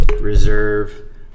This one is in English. Reserve